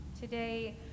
today